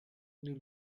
nous